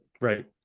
Right